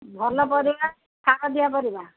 ଭଲ ପରିବା ସାର ଦିଆ ପରିବା